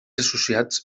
associats